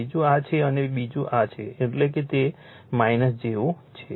બીજું આ છે અને બીજું આ છે એટલે જ તે જેવું છે